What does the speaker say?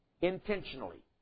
intentionally